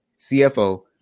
CFO